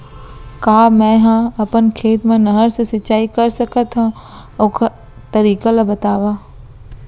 का मै ह अपन खेत मा नहर से सिंचाई कर सकथो, ओखर तरीका ला बतावव?